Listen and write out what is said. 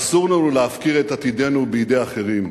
אסור לנו להפקיר את עתידנו בידי אחרים.